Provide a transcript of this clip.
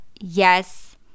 yes